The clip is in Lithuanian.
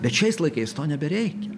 bet šiais laikais to nebereikia